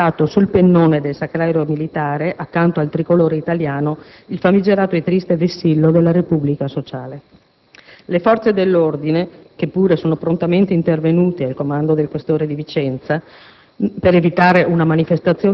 fornire in qualsiasi momento - hanno issato sul pennone del Sacrario militare, accanto al tricolore italiano, il famigerato e triste vessillo della Repubblica sociale. Le forze dell'ordine, che pure sono prontamente intervenute, al comando del questore di Vicenza,